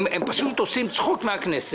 הם פשוט עושים צחוק מהכנסת.